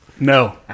No